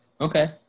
okay